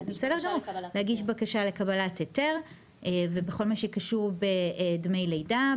להגיש בקשה לקבלת היתר ובכל מה שקשור בדמי לידה,